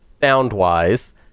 sound-wise